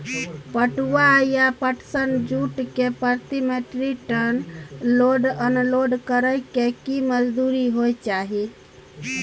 पटुआ या पटसन, जूट के प्रति metric tonne load unload करै के की मजदूरी होय चाही?